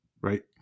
right